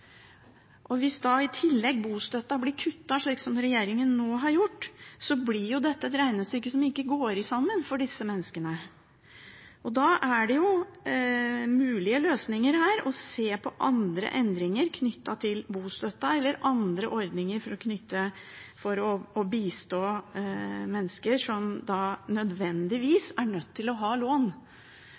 Hvis da i tillegg bostøtten blir kuttet, slik som regjeringen nå har gjort, blir dette et regnestykke som ikke går i hop for disse menneskene. Da er mulige løsninger å se på andre endringer knyttet til bostøtten eller andre ordninger for å bistå mennesker som nødvendigvis er nødt til å ha lån